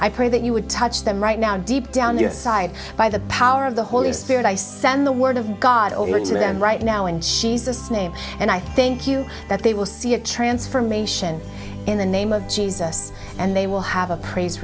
i pray that you would touch them right now deep down inside by the power of the holy spirit i send the word of god over to them right now and she's just a name and i thank you that they will see a transformation in the name of jesus and they will have a pr